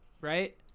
right